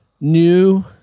New